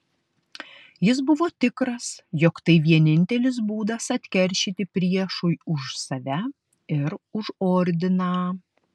jis buvo tikras jog tai vienintelis būdas atkeršyti priešui už save ir už ordiną